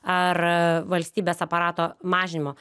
ar valstybės aparato mažinimo